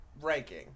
ranking